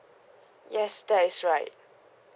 yes that's right